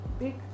big